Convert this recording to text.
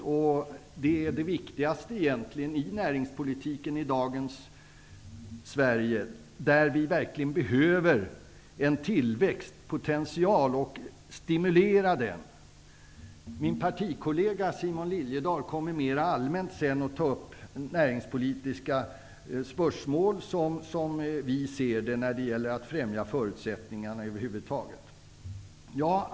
Det är egentligen det viktigaste i näringspolitiken i dagens Sverige, där vi verkligen behöver stimulera tillväxten. Min partikollega Simon Liliedahl kommer senare att mer allmänt ta upp hur vi i Ny demokrati ser på näringspolitiska spörsmål när det gäller att främja förutsättningarna över huvud taget.